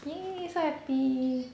!yay! so happy